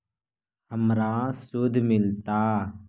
हमरा शुद्ध मिलता?